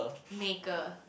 maker